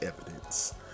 evidence